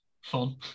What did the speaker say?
fun